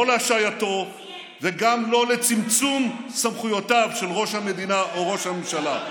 לא להשעייתו וגם לא לצמצום סמכויותיו של ראש הממשלה.